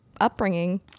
upbringing